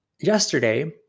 yesterday